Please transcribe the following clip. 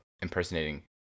impersonating